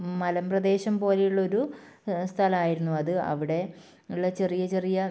മലമ്പ്രദേശം പോലെയുള്ളൊരു സ്ഥലമായിരുന്നു അത് അവിടെ ഉള്ള ചെറിയ ചെറിയ